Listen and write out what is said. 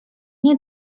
nie